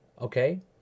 okay